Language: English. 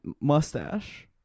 mustache